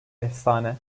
efsane